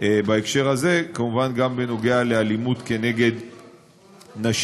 בהקשר הזה, כמובן גם בנוגע לאלימות נגד נשים.